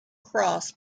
cross